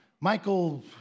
Michael